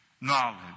knowledge